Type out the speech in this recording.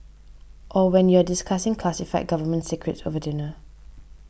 or when you're discussing classified government secrets over dinner